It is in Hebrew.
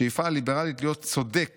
השאיפה הליברלית להיות צודק